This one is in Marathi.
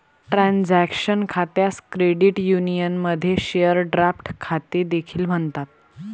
ट्रान्झॅक्शन खात्यास क्रेडिट युनियनमध्ये शेअर ड्राफ्ट खाते देखील म्हणतात